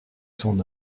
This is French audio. son